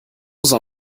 sah